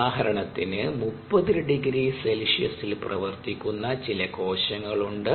ഉദാഹരണത്തിന് 300C ൽ പ്രവർത്തിക്കുന്ന ചില കോശങ്ങൾ ഉണ്ട്